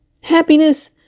Happiness